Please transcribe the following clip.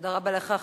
תודה רבה לך,